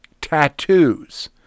tattoos